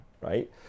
right